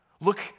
Look